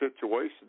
situation